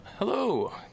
Hello